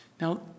Now